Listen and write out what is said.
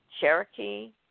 Cherokee